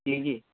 କିଏ କିଏ